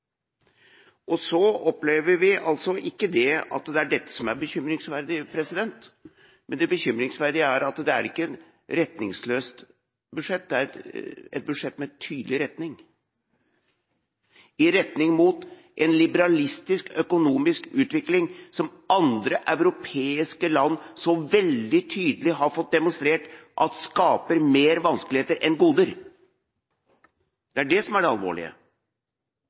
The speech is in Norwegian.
poeng. Så opplever vi ikke at det er dette som er bekymringsverdig. Det bekymringsverdige er at det ikke er et retningsløst budsjett. Det er et budsjett med en tydelig retning – i retning mot en liberalistisk økonomisk utvikling som andre europeiske land så veldig tydelig har fått demonstrert at skaper mer vanskeligheter enn goder. Det er det som er det alvorlige